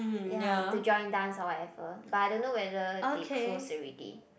ya to join dance or whatever but I don't know whether they close already